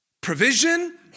Provision